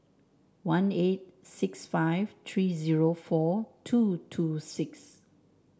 one eight six five three zero four two two six